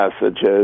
messages